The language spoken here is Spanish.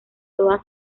toda